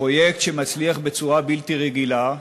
פרויקט שמצליח בצורה בלתי רגילה.